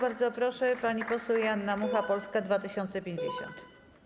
Bardzo proszę, pani poseł Joanna Mucha, Polska 2050.